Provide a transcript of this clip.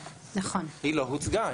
היא לא הוצגה,